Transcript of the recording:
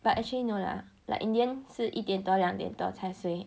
but actually no lah like in the end 是一点多两点多才睡